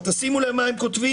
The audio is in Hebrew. שימו לב מה הם כותבים,